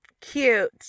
Cute